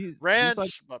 Ranch